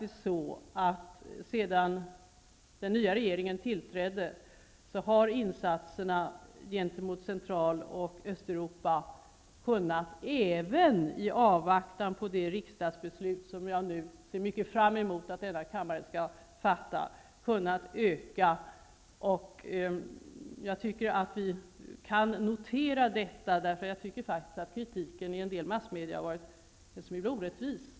Sedan den nya regeringen tillträdde har insatserna för Central och Östeuropa kunnat öka, även i avvaktan på det riksdagsbeslut som jag ser mycket fram emot att denna kammare skall fatta. Jag tycker vi skall notera detta, eftersom kritiken i en del massmedia har varit en smula orättvis.